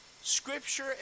Scripture